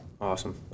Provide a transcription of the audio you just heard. Awesome